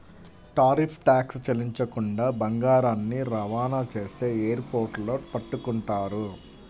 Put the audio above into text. tariff tax చెల్లించకుండా బంగారాన్ని రవాణా చేస్తే ఎయిర్ పోర్టుల్లో పట్టుకుంటారు